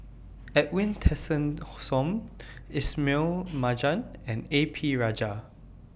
Edwin Tessensohn Ismail Marjan and A P Rajah